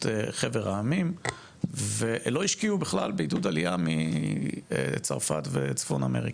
חבר העמים ולא השקיעו בכלל בעידוד עלייה מצרפת ומצפון אמריקה.